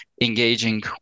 engaging